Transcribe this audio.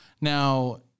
Now